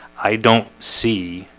i don't see